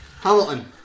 Hamilton